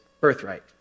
birthright